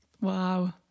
Wow